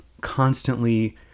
constantly